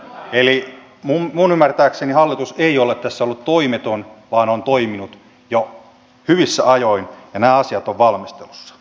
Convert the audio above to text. eli minun ymmärtääkseni hallitus ei ole tässä ollut toimeton vaan on toiminut jo hyvissä ajoin ja nämä asiat ovat valmistelussa